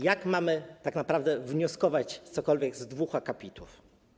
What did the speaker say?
Jak mamy tak naprawdę wnioskować cokolwiek z dwóch akapitów?